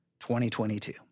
2022